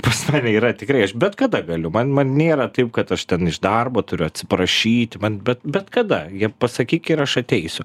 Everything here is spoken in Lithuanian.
pas mane yra tikrai aš bet kada galiu man man nėra taip kad aš ten iš darbo turiu atsiprašyt man bet bet kada jie pasakyk ir aš ateisiu